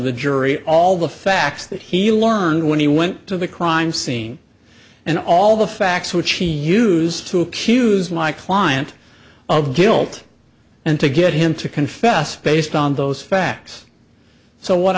the jury all the facts that he learned when he went to the crime scene and all the facts which he used to accuse my client of guilt and to get him to confess based on those facts so what